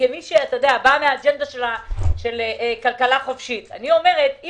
כמי שבאה מהאג'נדה של כלכלה חופשית אם